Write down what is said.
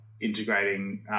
integrating